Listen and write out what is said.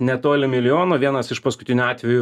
netoli milijono vienas iš paskutinių atvejų